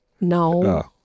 No